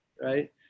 right